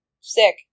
Sick